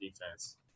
defense